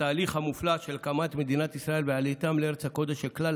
התהליך המופלא של הקמת מדינת ישראל ועלייתן לארץ הקודש של כלל